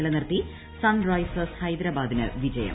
നിലനിർത്തി സൺറൈസേഴ്സ് ഹൈദരാബാദിന് വിജയം